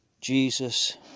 Jesus